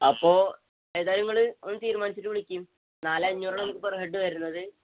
അപ്പോള് ഏതായാലും നിങ്ങളൊന്ന് തീരുമാനിച്ചിട്ട് വിളിക്കൂ നാല് അഞ്ഞൂറാണ് നമുക്ക് പെർ ഹെഡ് വരുന്നത്